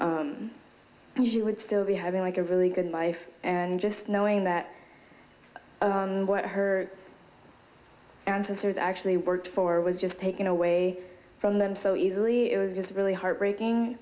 n she would still be having like a really good life and just knowing that what her ancestors actually worked for was just taken away from them so easily it was just really heartbreaking